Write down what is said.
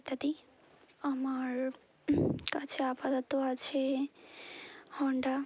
ইত্যাদি আমার কাছে আপাতত আছে হণ্ডা